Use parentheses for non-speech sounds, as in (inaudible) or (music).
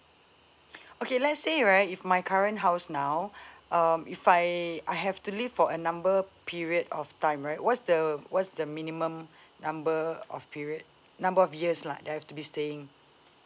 okay let's say right if my current house now (breath) um if I I have to leave for a number period of time right what's the what's the minimum number of period number of years lah I have to be staying